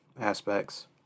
aspects